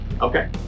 Okay